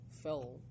fell